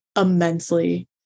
immensely